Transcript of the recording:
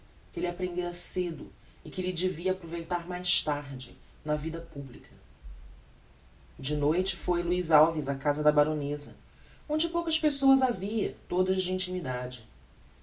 que elle aprendera cedo e que lhe devia aproveitar mais tarde na vida publica de noite foi luiz alves á casa da baronesa onde poucas pessoas havia todas de